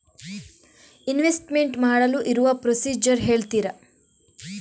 Investment ಮಾಡಲು ಇರುವ procedure ಹೇಳ್ತೀರಾ?